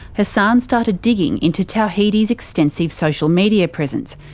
hassan started digging into tawhidi's extensive social media presence,